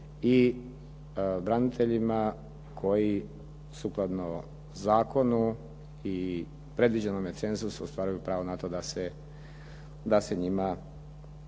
i braniteljima koji sukladno zakonu i predviđenome cenzusu ostvaruju pravo na to da se njima